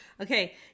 Okay